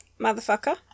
motherfucker